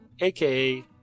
aka